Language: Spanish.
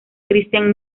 christian